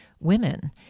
women